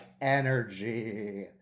energy